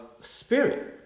spirit